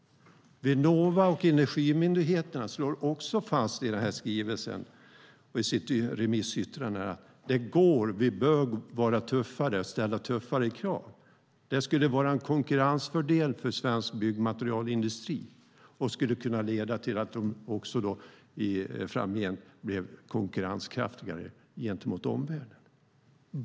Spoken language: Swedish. Vinnova och Energimyndigheten slår också fast i skrivelsen och i sitt remissyttrande att det går att vara tuffare och ställa tuffare krav och att vi bör göra det. Det skulle vara en konkurrensfördel för svensk byggmaterialindustri och skulle kunna leda till att de i framtiden blir konkurrenskraftigare gentemot omvärlden.